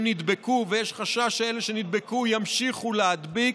נדבקו ויש חשש שאלה שנדבקו ימשיכו להדביק,